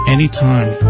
Anytime